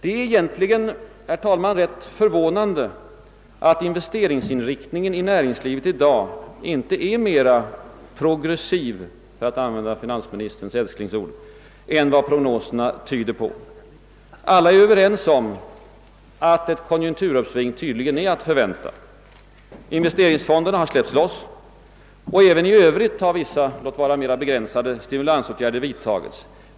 | Det är egentligen, herr talman, rätt förvånande att investeringsinriktningen inom näringslivet i dag inte är mera progressiv — för att använda finans ministerns älsklingsord — än vad prognoserna tyder på. Alla är överens om att ett konjunkturuppsving tydligen är att förvänta. Investeringsfonderna har släppts loss, och även i övrigt har vissa, låt vara mera begränsade, stimulansåtgärder vidtagits.